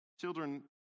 Children